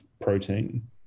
protein